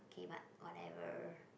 okay but whatever